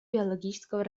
биологического